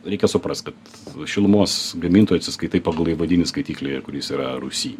reikia suprast kad šilumos gamintojų atsiskaitai pagal įvadinį skaitiklį kuris yra rūsy